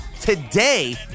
today